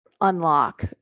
unlock